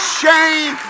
shame